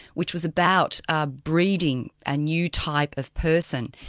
which was about ah breeding a new type of person.